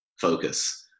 focus